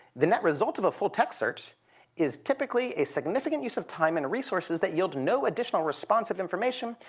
the net result of a full-text search is typically a significant use of time and resources that yield no additional responsive information.